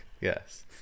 Yes